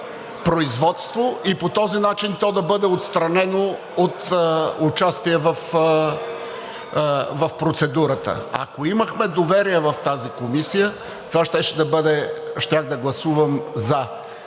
производство и по този начин то да бъде отстранено от участие в процедурата. Ако имахме доверие в тази комисия, тогава щях да гласувам за.